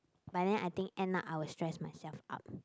but then I think end up I will stress myself up